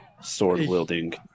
sword-wielding